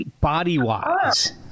body-wise